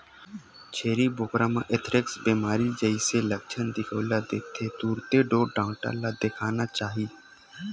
छेरी बोकरा म एंथ्रेक्स बेमारी के जइसे लक्छन दिखउल देथे तुरते ढ़ोर डॉक्टर ल देखाना चाही